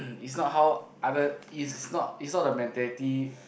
is not how other it's not is not the mentality